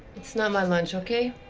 it's not my lunch, okay?